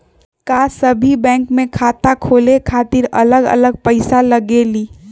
का सभी बैंक में खाता खोले खातीर अलग अलग पैसा लगेलि?